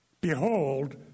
Behold